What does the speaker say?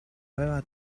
aveva